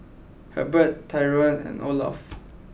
Herbert Tyron and Olof